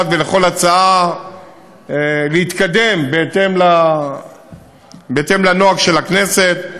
ולכל הצעה להתקדם בהתאם לנוהג של הכנסת.